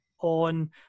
on